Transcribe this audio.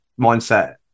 mindset